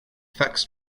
fax